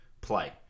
play